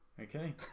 Okay